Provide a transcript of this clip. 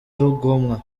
rugomwa